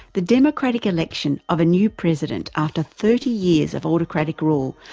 the democratic election of a new president, after thirty years of autocratic rule,